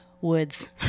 woods